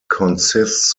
consists